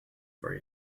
for